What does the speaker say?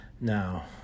Now